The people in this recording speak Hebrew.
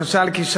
למשל, ג'ינס.